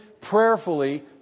prayerfully